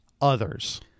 others